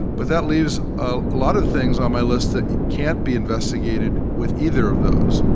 but that leaves a lot of things on my list that can't be investigated with either of those,